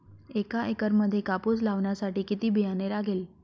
एका एकरामध्ये कापूस लावण्यासाठी किती बियाणे लागेल?